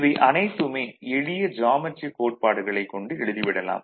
இவை அனைத்துமே எளிய ஜியாமெட்ரி கோட்பாடுகளைக் கொண்டு எழுதி விடலாம்